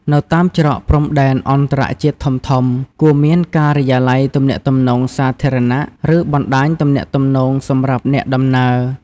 នៅតាមច្រកព្រំដែនអន្តរជាតិធំៗ គួរមានការិយាល័យទំនាក់ទំនងសាធារណៈ ឬបណ្តាញទំនាក់ទំនងសម្រាប់អ្នកដំណើរ។